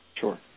Sure